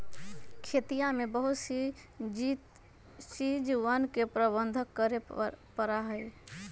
खेतिया में बहुत सी चीजवन के प्रबंधन करे पड़ा हई